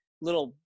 little